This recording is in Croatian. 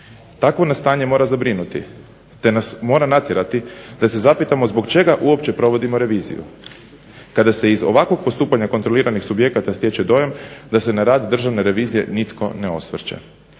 Takvo nas stanje mora zabrinuti te nas mora natjerati da se zapitamo zbog čega uopće provodimo reviziju kada se iz ovakvog postupanja kontroliranih subjekata stječe dojam da se na rad Državne revizije nitko ne osvrće.